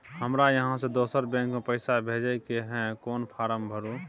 हमरा इहाँ से दोसर बैंक में पैसा भेजय के है, कोन फारम भरू?